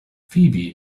phoebe